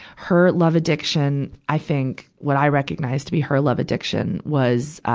her love addiction, i think, what i recognized to be her love addiction, was,